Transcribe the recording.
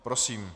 Prosím.